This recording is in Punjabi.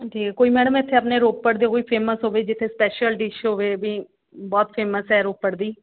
ਠੀਕ ਹੈ ਕੋਈ ਮੈਡਮ ਇੱਥੇ ਆਪਣੇ ਰੋਪੜ ਦੇ ਕੋਈ ਫੇਮਸ ਹੋਵੇ ਜਿੱਥੇ ਸਪੈਸ਼ਲ ਡਿਸ਼ ਹੋਵੇ ਵੀ ਬਹੁਤ ਫੇਮਸ ਹੈ ਰੋਪੜ ਦੀ